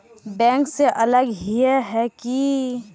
Bank से अलग हिये है की?